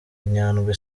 nyandwi